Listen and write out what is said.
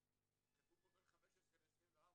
כתבו פה בין 15 ל-24,